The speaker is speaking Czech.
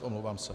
Omlouvám se.